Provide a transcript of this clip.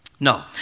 No